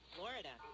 Florida